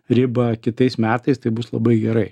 ribą kitais metais tai bus labai gerai